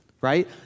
Right